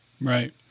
Right